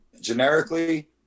Generically